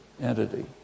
entity